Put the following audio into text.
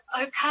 okay